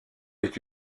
est